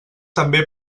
també